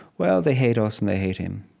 well, they hate us, and they hate him.